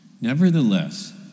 Nevertheless